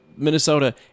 Minnesota